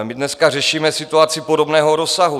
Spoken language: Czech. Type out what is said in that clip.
My dneska řešíme situaci podobného rozsahu.